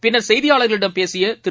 பின்னா் செய்தியாளா்களிடம் பேசியதிரு